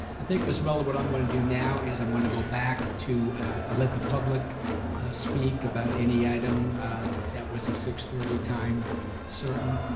i think miss muller what i'm gonna do now is i'm gonna go back to ah let the public speak about any item that was a six thirty time certain.